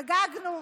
חגגנו